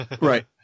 Right